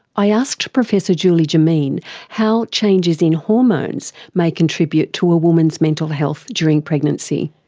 i asked professor julie jomeen how changes in hormones may contribute to a woman's mental health during pregnancy.